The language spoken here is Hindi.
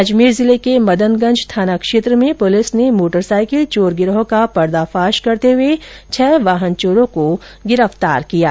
अजमेर जिले के मदनगंज थाना क्षेत्र में पुलिस ने मोटरसाइकिल चोर गिरोह का पर्दाफाश करते हुए छह वाहन चोरों को गिरफ्तार किया है